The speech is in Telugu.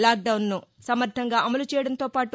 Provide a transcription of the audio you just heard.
లాక్ డౌన్ను సమర్గంగా అమలుచేయడంతో పాటు